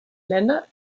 lenna